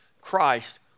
Christ